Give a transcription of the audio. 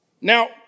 Now